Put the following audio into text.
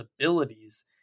abilities